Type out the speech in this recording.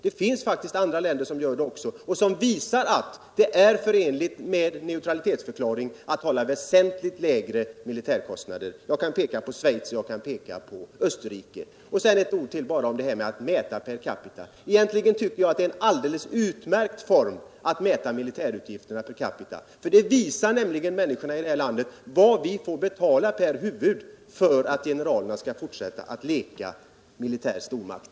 Det finns också andra länder som har gjort det och som visat att det är förenligt med en neutralitetsförklaring att hålla väsentligt lägre militärkostnader. Jag kan peka på Schweiz och Österrike. Sedan ett par ord om att mäta per capita. Jag tycker att det är alldeles utmärkt att mäta militärutgifterna på det sättet. Det visar nämligen människorna här i landet vad vi får betala per huvud för att generalerna skall fortsätta att leka militär stormakt.